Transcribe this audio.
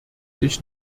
ich